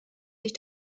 sich